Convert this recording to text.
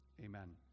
Amen